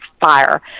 fire